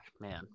Man